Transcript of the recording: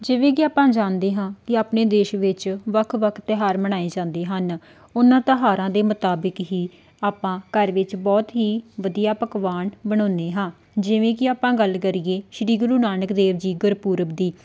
ਜਿਵੇਂ ਕਿ ਆਪਾਂ ਜਾਣਦੇ ਹਾਂ ਕਿ ਆਪਣੇ ਦੇਸ਼ ਵਿੱਚ ਵੱਖ ਵੱਖ ਤਿਉਹਾਰ ਮਨਾਏ ਜਾਂਦੇ ਹਨ ਉਹਨਾਂ ਤਿਉਹਾਰਾਂ ਦੇ ਮੁਤਾਬਿਕ ਹੀ ਆਪਾਂ ਘਰ ਵਿੱਚ ਬਹੁਤ ਹੀ ਵਧੀਆ ਪਕਵਾਨ ਬਣਾਉਂਦੇ ਹਾਂ ਜਿਵੇਂ ਕਿ ਆਪਾਂ ਗੱਲ ਕਰੀਏ ਸ਼੍ਰੀ ਗੁਰੂ ਨਾਨਕ ਦੇਵ ਜੀ ਗੁਰਪੁਰਬ ਦੀ